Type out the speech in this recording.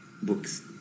books